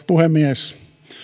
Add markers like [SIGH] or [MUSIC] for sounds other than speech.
[UNINTELLIGIBLE] puhemies